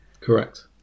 Correct